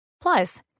Plus